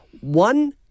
one